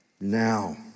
now